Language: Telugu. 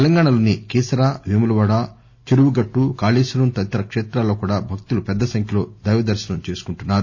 తెలంగాణలోని కీసర వేములవాడ చెరువుగట్టు కాళేశ్వరం తదితర కేత్రాల్లో కూడా భక్తులు పెద్దసంఖ్యలో దైవదర్భనం చేసుకుంటున్నారు